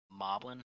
Moblin